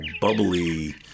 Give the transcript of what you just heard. bubbly